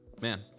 man